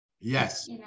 Yes